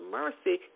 mercy